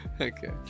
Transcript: Okay